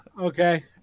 Okay